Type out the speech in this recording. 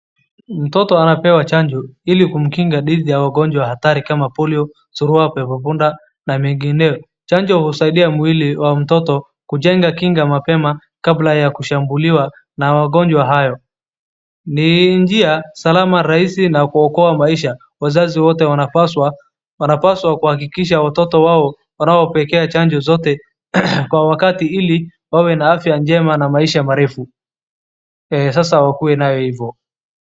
Mtoto anapewa chanjo ilikumkinga dhidi ya magonjwa hatari kama polio, surua, pepo punda na mengineyo .Chanjo usaidia mwili wa mtoto kujenga kinga mapema kabla ya kushambuliwa na magonjwa hayo ni njia salama rahisi na kuokoa maisha .Wazazi wote wanapaswa kuhakikisha watoto wanapokea chanjo zote kwa wakati ili wawe na afya njema na maisha marefu sasa wakue nayo hivyo.